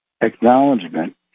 acknowledgement